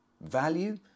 Value